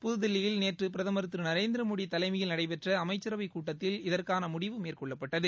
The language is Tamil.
புதுதில்லியில் நேற்று பிரதமர் திரு நரேந்திர மோடி தலைமையில் நடைபெற்ற அமைச்சரவை கூட்டத்தில் இதற்கான முடிவு மேற்கொள்ளப்பட்டது